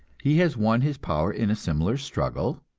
he has won his power in a similar struggle,